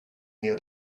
near